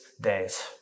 days